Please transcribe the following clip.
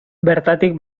bertatik